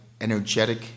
energetic